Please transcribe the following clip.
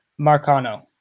Marcano